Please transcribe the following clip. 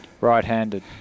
Right-handed